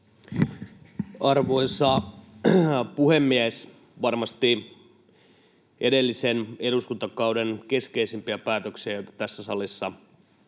Arvoisa puhemies! Varmasti edellisen eduskuntakauden keskeisimpiä päätöksiä, joita tässä salissa on